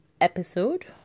episode